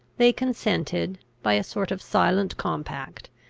they consented, by a sort of silent compact,